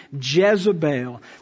Jezebel